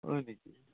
হয় নেকি